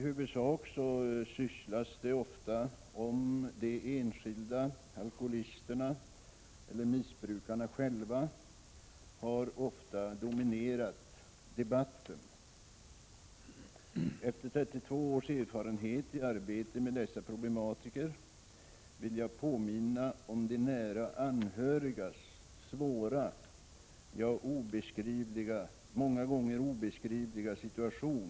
Hur vi sysslar med de enskilda alkoholisterna eller missbrukarna själva har ofta dominerat debatten. Efter 32 års erfarenhet av arbete med dessa problematiker vill jag påminna om de nära anhörigas svåra, ja, många gånger obeskrivligt svåra situation.